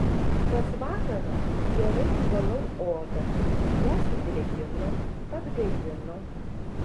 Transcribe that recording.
kas vakarą gerai nuvalau odą ją sudrėkinu atgaivinu